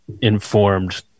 informed